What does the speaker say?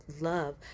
love